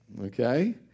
Okay